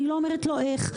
אני לא אומרת איך.